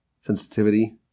sensitivity